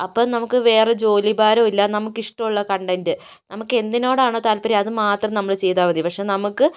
അപ്പോൾ നമുക്ക് വേറെ ജോലിഭാരം ഇല്ല നമുക്ക് ഇഷ്ടമുല്ല കണ്ടെൻറ്റ് നമുക്ക് എന്തിനോടാണോ താല്പര്യം അതു മാത്രം നമ്മള് ചെയ്താൽ മതി പക്ഷെ നമുക്ക്